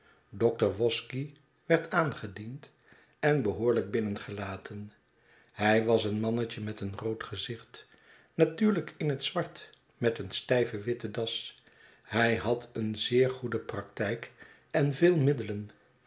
dokter wosky werd aangediend en behoorlijk binnengelaten hij was een mannetje met een rood gezicht natuurlijk in het zwart met een stijve witte das hij had een zeer goede praktijk en veel middelen